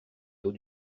dos